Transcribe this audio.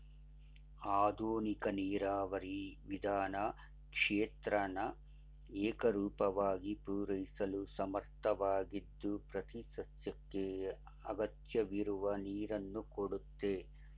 ಆಧುನಿಕ ನೀರಾವರಿ ವಿಧಾನ ಕ್ಷೇತ್ರನ ಏಕರೂಪವಾಗಿ ಪೂರೈಸಲು ಸಮರ್ಥವಾಗಿದ್ದು ಪ್ರತಿಸಸ್ಯಕ್ಕೆ ಅಗತ್ಯವಿರುವ ನೀರನ್ನು ಕೊಡುತ್ತೆ